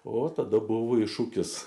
o tada buvo iššūkis